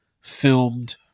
filmed